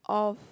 of